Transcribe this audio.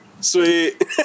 Sweet